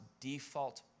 default